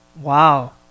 Wow